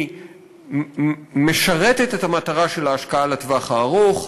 היא משרתת את המטרה של ההשקעה לטווח הארוך,